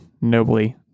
nobly